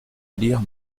lire